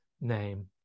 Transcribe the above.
name